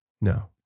No